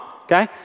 okay